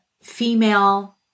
female